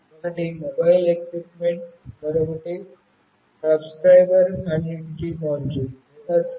ఒకటి mobile equipment మరొకటి subscriber identity module లేదా సిమ్